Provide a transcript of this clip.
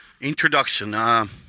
Introduction